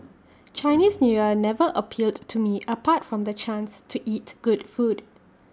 Chinese New Year never appealed to me apart from the chance to eat good food